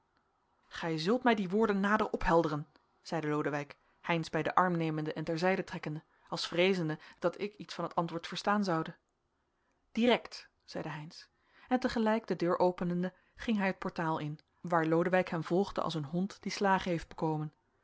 gij zult mij die woorden nader ophelderen zeide lodewijk heynsz bij den arm nemende en ter zijde trekkende als vreezende dat ik iets van het antwoord verstaan zoude direct zeide heynsz en tegelijk de deur openende ging hij het portaal in waar lodewijk hem volgde als een hond die slagen heeft bekomen